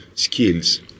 skills